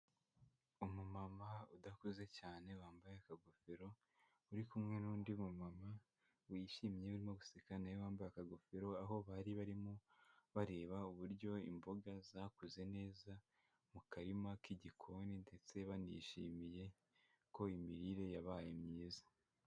Umumama udakuze cyane wambaye akagofero, uri kumwe n'undi mu mama wishimye urimo guseka na we wambaye akagofero, aho bari barimo bareba uburyo imboga zakuze neza mu karima k'igikoni ndetse banishimiye ko imirire yabaye myiza.